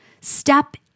Step